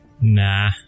Nah